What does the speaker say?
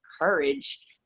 courage